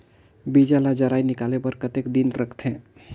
बीजा ला जराई निकाले बार कतेक दिन रखथे?